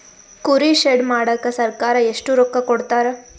ಕುರಿ ಶೆಡ್ ಮಾಡಕ ಸರ್ಕಾರ ಎಷ್ಟು ರೊಕ್ಕ ಕೊಡ್ತಾರ?